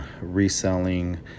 reselling